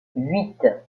huit